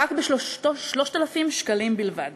בכ-3,000 שקלים בלבד.